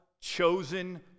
chosen